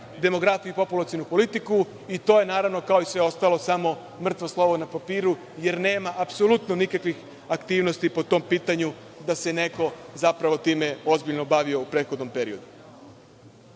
demografiju i populacionu politiku, i to je, naravno, kao i sve ostalo, samo mrtvo slovo na papiru, jer nema apsolutno nikakvih aktivnosti po tom pitanju da se neko zapravo time ozbiljno bavio u prethodnom periodu. Danas,